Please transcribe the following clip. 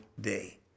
day